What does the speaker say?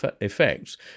effects